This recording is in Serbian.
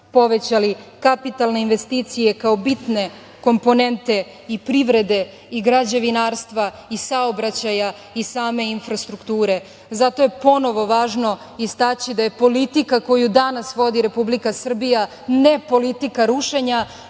povećali kapitalne investicije kao bitne komponente i privrede i građevinarstva, saobraćaja i same infrastrukture. Zato je ponovo važno istaći da je politika koju danas vodi Republika Srbija ne politika rušenja,